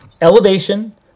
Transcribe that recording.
Elevation